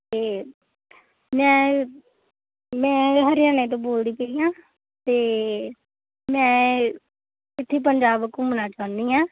ਅਤੇ ਮੈਂ ਮੈਂ ਹਰਿਆਣੇ ਤੋਂ ਬੋਲਦੀ ਪਈ ਹਾਂ ਅਤੇ ਮੈਂ ਇੱਥੇ ਪੰਜਾਬ ਘੁੰਮਣਾ ਚਾਹੁੰਦੀ ਹਾਂ